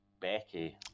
Becky